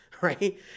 right